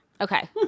okay